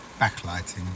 backlighting